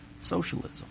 socialism